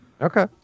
Okay